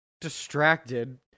distracted